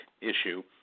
issue